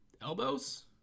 elbows